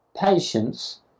patience